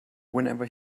whenever